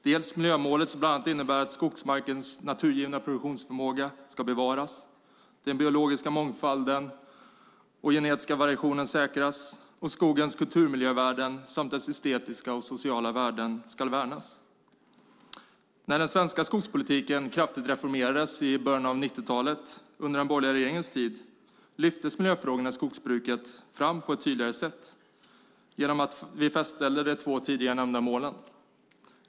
Det är också miljömålet, som bland annat innebär att skogsmarkens naturgivna produktionsförmåga ska bevaras och den biologiska mångfalden och genetiska variationen säkras samt att skogens kulturmiljövärden och dess estetiska och sociala värden värnas. När den svenska skogspolitiken kraftigt reformerades i början av 90-talet, under den borgerliga regeringens tid, lyftes miljöfrågorna i skogsbruket fram på ett tydligare sätt genom fastställandet av de två tidigare nämnda målen.